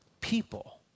people